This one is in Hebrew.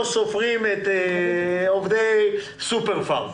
לא סופרים את עובדי סופרפארם.